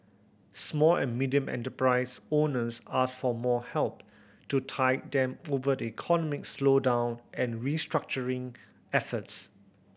small and medium enterprise owners asked for more help to tide them over the economic slowdown and restructuring efforts